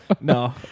No